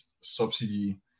subsidy